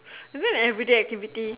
is it an everyday activity